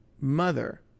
mother